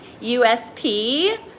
USP